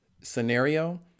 scenario